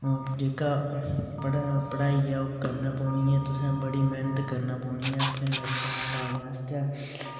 जेह्का पढ़ाई ऐ ओह् करने पौनी ऐ तुसें बड़ी मैह्नत करने पौनी ऐ अपना लक्ष्य पाने आस्तै